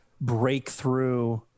breakthrough